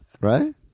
Right